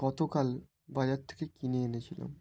গতকাল বাজার থেকে কিনে এনেছিলাম